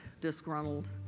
disgruntled